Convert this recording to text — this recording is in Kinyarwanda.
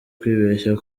kwibeshya